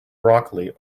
broccoli